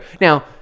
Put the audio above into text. Now